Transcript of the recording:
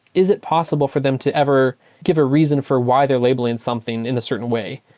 is it possible for them to ever give a reason for why they're labeling something in a certain way?